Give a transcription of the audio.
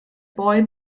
boy